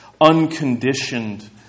unconditioned